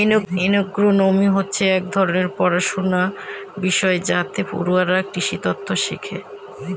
agronomy হচ্ছে এক ধরনের পড়াশনার বিষয় যাতে পড়ুয়ারা কৃষিতত্ত্ব শেখে